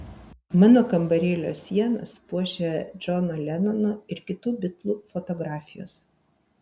mano kambarėlio sienas puošia džono lenono ir kitų bitlų fotografijos